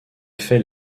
fait